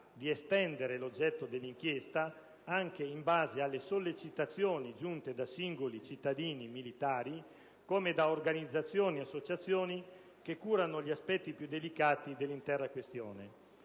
di estendere l'oggetto dell'inchiesta, anche in base alle sollecitazioni giunte da singoli cittadini militari, nonché da organizzazioni ed associazioni che curano gli aspetti più delicati dell'intera questione.